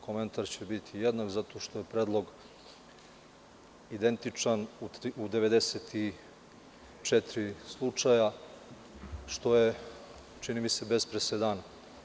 Komentar će biti jednak zato što je predlog identičan u 94 slučaja, što je, čini mi se bez presedana.